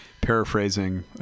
paraphrasing